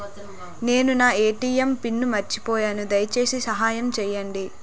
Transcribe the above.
నేను నా ATM pin మర్చిపోయాను, దయచేసి సహాయం చేయండి